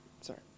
Sorry